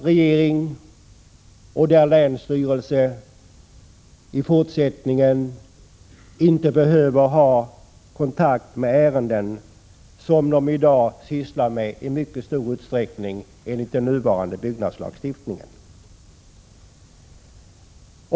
Regering och länsstyrelse behöver i fortsättningen inte ha kontakt med ärenden som de i dag sysslar med i mycket stor utsträckning enligt den nuvarande byggnadslagstiftningen.